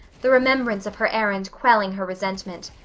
the remembrance of her errand quelling her resentment.